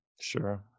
Sure